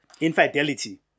infidelity